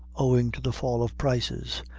owing to the fall of prices,